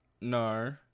No